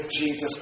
Jesus